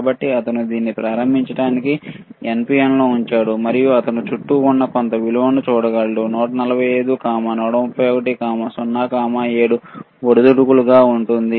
కాబట్టి అతను దీన్ని ప్రారంభించడానికి NPN లో ఉంచాడు మరియు అతను చుట్టూ ఉన్న కొంత విలువను చూడగలడు 145 131 0 7 ఒడిదుడుకులుగా ఉంటాయి